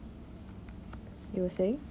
you were saying